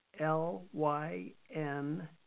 L-Y-N